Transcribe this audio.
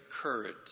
courage